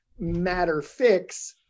MatterFix